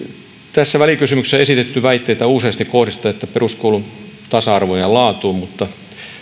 tässä välikysymyksessä on esitetty väitteitä useista kohdista että ne vaikuttavat peruskoulun tasa arvoon ja laatuun mutta